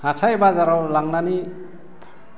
हाथाइ बाजाराव लांनानै